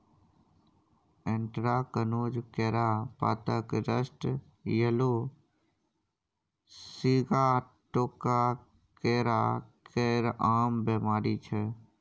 anthracnose, केरा पातक rust, yellow sigatoka केरा केर आम बेमारी छै